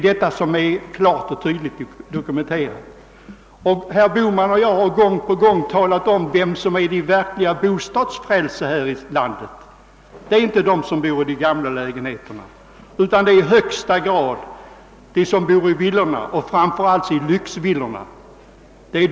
Detta är klart och tydligt dokumenterat. Herr Bohman och jag har gång på gång talat om vilka som är det verkliga bostadsfrälset här i landet. Det är inte de som bor i de gamla lägenheterna utan det är i högsta grad de som bor i villorna och framför allt i lyxvillorna.